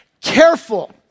Careful